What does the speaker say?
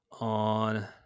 on